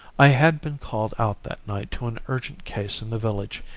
i had been called out that night to an urgent case in the village,